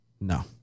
No